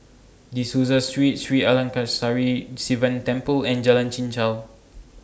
De Souza Street Sri Arasakesari Sivan Temple and Jalan Chichau